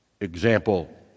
example